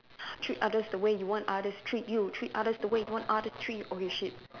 treat others the way you want others to treat you treat others the way you want others treat okay shit